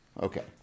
Okay